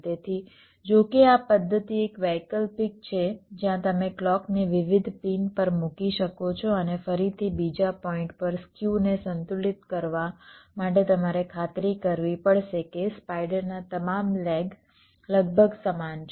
તેથી જો કે આ પદ્ધતિ એક વૈકલ્પિક છે જ્યાં તમે ક્લૉકને વિવિધ પિન પર મૂકી શકો છો અને ફરીથી બીજા પોઇન્ટ પર સ્ક્યુને સંતુલિત કરવા માટે તમારે ખાતરી કરવી પડશે કે સ્પાઇડરના તમામ લેગ લગભગ સમાન છે